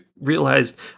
realized